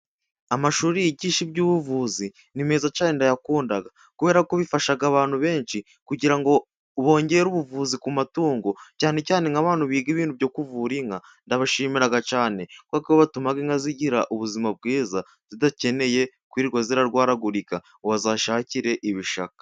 Amashuri yigisha iby'ubuvuzi, nimeza cyane ndayakunda, kubera ko bifasha abantu benshi, kugira ngo bongere ubuvuzi, ku matungo cyane cyane, nkabantu biga ibintu byo kuvura inka, ndabashimira cyane kuko batuma inka zigira ubuzima bwiza, zidakeneye kwirwa zirarwaragurika, wazashakire ibishaka.